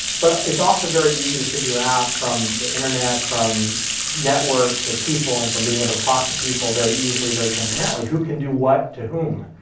but it's also very easy to figure out from the internet, from networks of people and from being able to talk to people very easily, very transparently who can do what to whom,